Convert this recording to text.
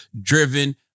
driven